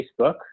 Facebook